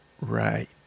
Right